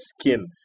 skin